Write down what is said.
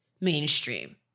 mainstream